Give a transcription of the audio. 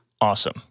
Awesome